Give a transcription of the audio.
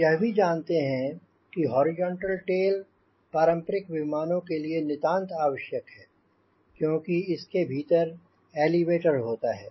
हम यह भी जानते हैं कि हॉरिजॉन्टल टेल पारंपरिक विमानों के लिए नितांत आवश्यक है क्योंकि इसके भीतर एलीवेटर होता है